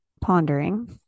pondering